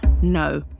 No